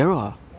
orh